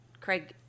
Craig